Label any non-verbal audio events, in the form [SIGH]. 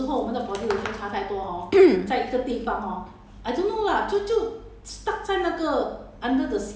orh then she have to go to the doctor [one] right [NOISE]